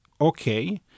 okay